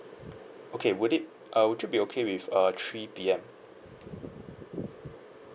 okay would it uh would you be okay with uh three P_M